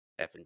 effing